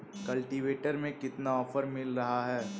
Cultivator में कितना offer मिल रहा है?